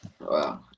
wow